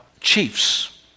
chiefs